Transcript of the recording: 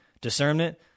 Discernment